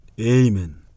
Amen